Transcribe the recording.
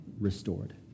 restored